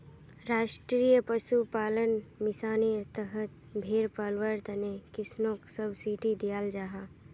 राष्ट्रीय पशुपालन मिशानेर तहत भेड़ पलवार तने किस्सनोक सब्सिडी दियाल जाहा